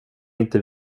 inte